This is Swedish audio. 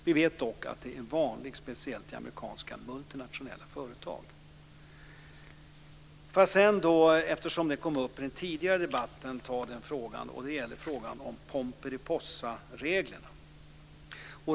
Vi vet dock att sådant här är vanligt speciellt i amerikanska multinationella företag. Sedan vill jag ta upp en sak som kom upp i den tidigare debatten. Det gäller frågan om pomperipossareglerna.